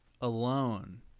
alone